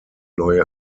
neue